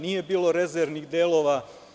Nije bilo rezervnih delova.